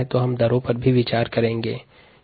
इस प्रकार दर महत्वपूर्ण कारक है